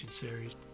series